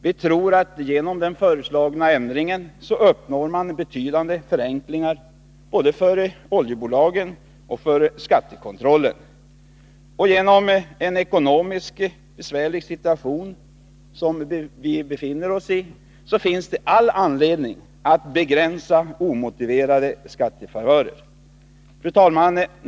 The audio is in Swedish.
Vi tror att man genom den föreslagna ändringen uppnår betydande förenklingar, både för oljebolagen och för skattekontrollen. Eftersom vi befinner oss i en besvärlig ekonomisk situation, finns det all anledning att begränsa omotiverade skattefavörer. Fru talman!